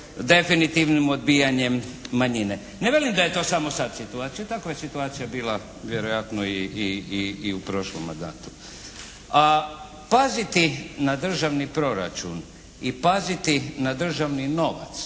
definitivnim odbijanjem manjine. Ne velim da je to samo sad situacija. Takva je situacija bila vjerojatno i u prošlom mandatu. A paziti na državni proračun i paziti na državni novac,